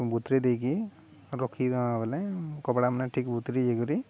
ବତୁରାଇ ଦେଇକି ବଲେ କପଡ଼ା ମାନେ ଠିକ୍ ବୁତରି ଇଏ କରି